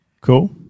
Cool